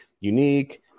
unique